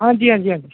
ਹਾਂਜੀ ਹਾਂਜੀ ਹਾਂਜੀ